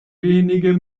wenige